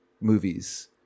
movies